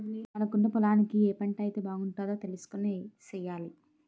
మనకున్న పొలానికి ఏ పంటైతే బాగుంటదో తెలుసుకొని సెయ్యాలి